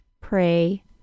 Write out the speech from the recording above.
pray